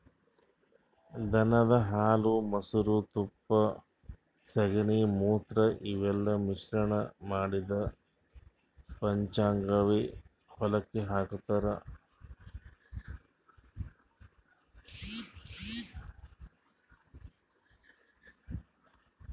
ದನದ್ ಹಾಲ್ ಮೊಸ್ರಾ ತುಪ್ಪ ಸಗಣಿ ಮೂತ್ರ ಇವೆಲ್ಲಾ ಮಿಶ್ರಣ್ ಮಾಡಿದ್ದ್ ಪಂಚಗವ್ಯ ಹೊಲಕ್ಕ್ ಹಾಕ್ತಾರ್